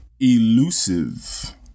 Elusive